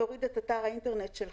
תוריד את אתר האינטרנט שלך.